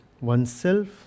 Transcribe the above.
oneself